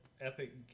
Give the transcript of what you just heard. epic